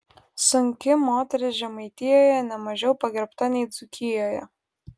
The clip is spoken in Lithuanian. sunki moteris žemaitijoje ne mažiau pagerbta nei dzūkijoje